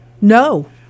No